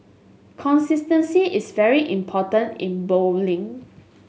consistency is very important in bowling